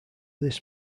this